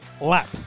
lap